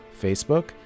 Facebook